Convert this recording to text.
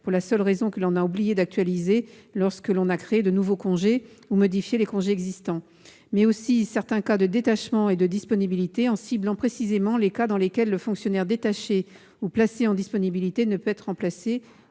pour la seule raison que l'on a oublié de l'actualiser, lorsqu'on a créé de nouveaux congés ou modifié les congés existants. Nous y avons aussi inclus certains cas de détachement et de disponibilité, en ciblant précisément les cas dans lesquels le fonctionnaire détaché ou placé en disponibilité ne peut être remplacé,